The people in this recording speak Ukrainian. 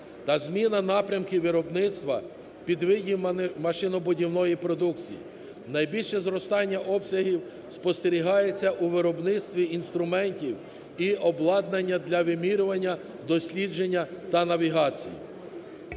та зміна напрямків виробництва підвидів машинобудівної продукції. Найбільше зростання обсягів спостерігається у виробництві інструментів і обладнання для вимірювання, дослідження та навігації.